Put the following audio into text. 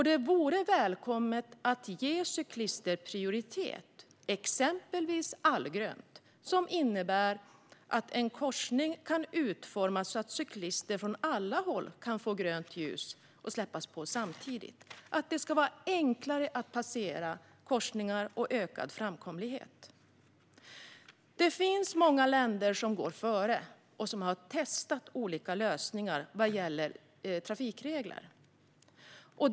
Det vore välkommet om cyklister gavs prioritet, exempelvis genom allgrönt, som innebär att en korsning kan utformas så att cyklister från alla håll kan få grönt ljus och släppas på samtidigt. Det ska vara enklare att passera korsningar, och framkomligheten ska öka. Det finns många länder som går före och som har testat olika lösningar vad gäller trafikregler.